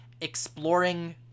exploring